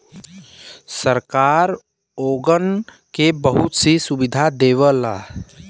सरकार ओगन के बहुत सी सुविधा देवला